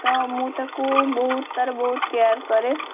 ତ ମୁଁ ତାକୁ ବହୁତ ତାର ବହୁତ କେୟାର କରେ